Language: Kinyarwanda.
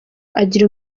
agira